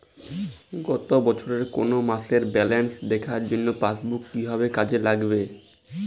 গত বছরের কোনো মাসের ব্যালেন্স দেখার জন্য পাসবুক কীভাবে কাজে লাগাব?